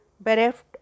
bereft